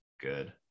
Good